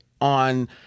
on